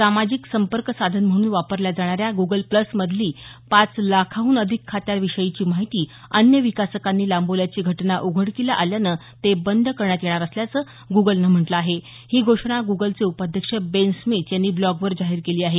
सामाजिक संपर्क साधन म्हणून वापरल्या जाणाऱ्या गुगल प्लस मधली पाच लाखाहून अधिक खात्या विषयीची माहिती अन्य विकासकांनी लांबवल्याची घटना उघडकीला आल्यानं ते बंद करण्यात येणार असल्याचं गुगलनं म्हटलं आहे ही घोषणा गुगलचे उपाध्यक्ष बेन स्मीथ यांनी ब्लॉगवर जाहिर केली आहे